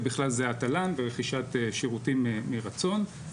ובכלל זה התל"ן ורכישת שירותים מרצון.